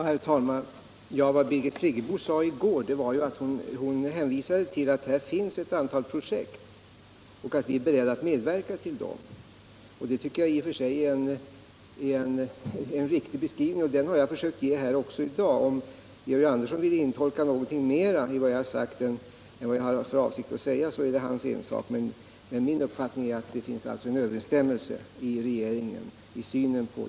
Herr talman! Vad Birgit Friggebo uttalade i går var att hänvisa till att det här finns ett antal projekt och att vi är beredda att medverka till dem. Det tycker jag i och för sig är en riktig beskrivning som stämmer med den jag har försökt göra här i dag. Om sedan Georg Andersson vill tolka in något mera i mitt anförande än vad jag haft för avsikt att säga, så är det hans ensak. Min uppfattning är i varje fall att det finns en överensstämmelse inom regeringen när det gäller denna fråga.